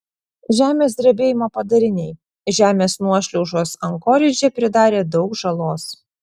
žemės drebėjimo padariniai žemės nuošliaužos ankoridže pridarė daug žalos